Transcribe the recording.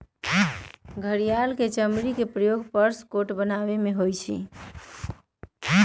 घड़ियाल के चमड़ी के प्रयोग पर्स कोट बनावे में होबा हई